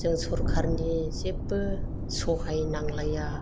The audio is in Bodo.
जों सरखारनि जेबो सहाय नांलाया